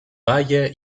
valle